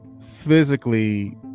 physically